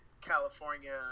California